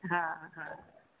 હા હા